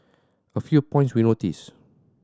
a few points we noticed